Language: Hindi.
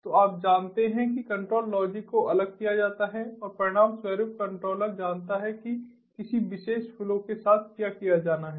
तो आप जानते हैं कि कंट्रोल लॉजिक को अलग किया जाता है और परिणामस्वरूप कंट्रोलर जानता है कि किसी विशेष फ्लो के साथ क्या किया जाना है